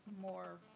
more